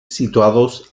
situados